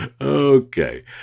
Okay